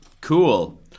cool